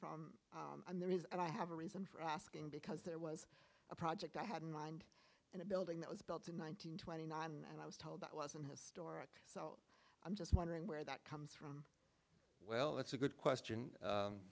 from and there is and i have a reason for asking because there was a project i had in mind and a building that was built in one nine hundred twenty nine and i was told that wasn't historic so i'm just wondering where that comes from well that's a good question